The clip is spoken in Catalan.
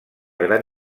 gran